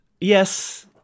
Yes